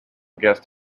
guest